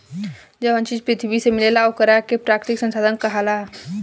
जवन चीज पृथ्वी से मिलेला ओकरा के प्राकृतिक संसाधन कहाला